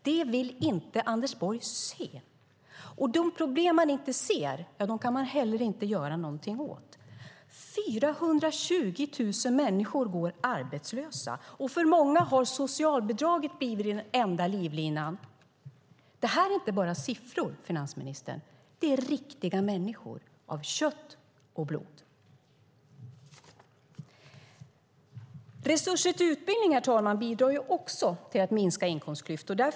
Det vill inte Anders Borg se, och de problem man inte ser kan man heller inte göra någonting åt. Det är 420 000 människor som går arbetslösa, och för många har socialbidraget blivit den enda livlinan. Det här är inte bara siffror, finansministern - det är riktiga människor av kött och blod. Resurser till utbildning bidrar också till att minska inkomstklyftor, herr talman.